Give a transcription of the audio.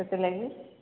ସେଥି ଲାଗି